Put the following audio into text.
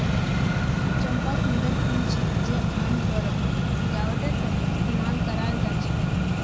चंपा सुंदर फूल छे जे आमतौरत सजावटेर तने इस्तेमाल कराल जा छे